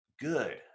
good